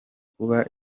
kuba